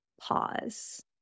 pause